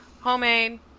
homemade